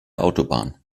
autobahn